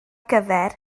gyfer